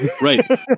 Right